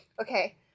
Okay